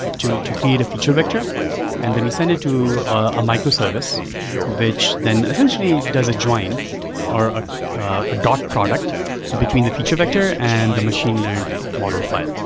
to to create a feature vector and then we send it to a micro-service which then essentially does a join or a a product between the feature vector and the machine learned model file,